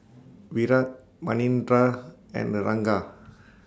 Virat Manindra and Ranga